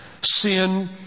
sin